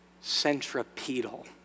centripetal